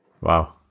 Wow